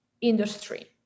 industry